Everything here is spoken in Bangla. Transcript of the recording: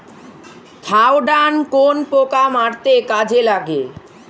থাওডান কোন পোকা মারতে কাজে লাগে?